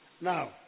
now